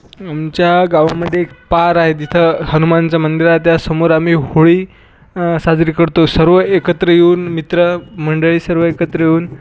आमच्या गावामधे एक पार आहे तिथं हनुमानाचं मंदिर आहे त्यासमोर आम्ही होळी साजरी करतो सर्व एकत्र येऊन मित्रमंडळी सर्व एकत्र येऊन